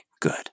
good